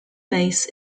base